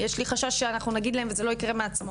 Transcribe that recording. יש לי חשש שאנחנו נגיד להם וזה לא יקרה בעצמו,